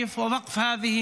ויש כוננות